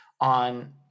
on